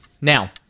now